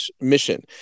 mission